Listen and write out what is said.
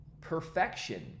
Perfection